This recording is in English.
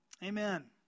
Amen